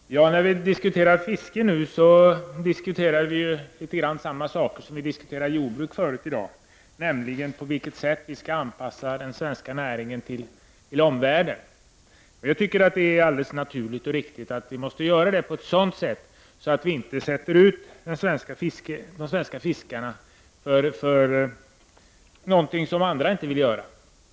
Herr talman! När vi nu diskuterar fiske diskuterar vi samma saker som tidigare i dag när vi debatterade jordbruk, nämligen på vilket sätt vi skall anpassa den svenska näringen till omvärlden. Jag tycker att det är naturligt och riktigt att vi gör det på ett sådant sätt att vi inte utsätter de svenska fiskarna för någonting som andra inte vill göra.